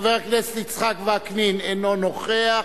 חבר הכנסת יצחק וקנין, אינו נוכח.